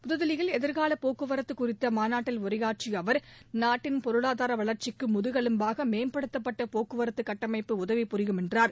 புதுதில்லியில்எதிர்காலபோக்குவரத்துகுறித்தமாநாட்டில் உரையாற்றிய அவர் நாட்டின் பொருளாதாரவளர்ச்சிக்குமுதகெலும்பாகமேம்படுத்தப்பட்டபோக்குவரத்தகட்டமைப்பு உதவி புரியும் என்றார்